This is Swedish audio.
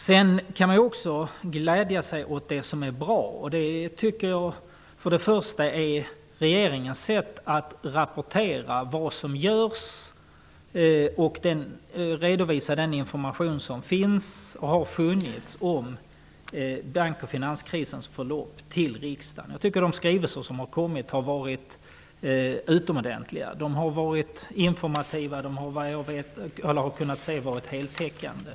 Man kan också glädja sig åt det som är bra. En sak är regeringens sätt att rapportera vad som görs och för riksdagen redovisa den information som finns och har funnits om bank och finanskrisens förlopp. Jag tycker att de skrivelser som kommit har varit utomordentliga. De har varit informativa och, såvitt jag har kunnat se, heltäckande.